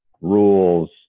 rules